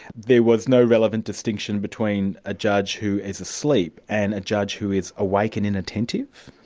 there was no relevant distinction between a judge who is asleep and a judge who is awake and inattentive?